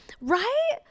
Right